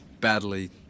badly